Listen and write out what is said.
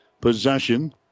possession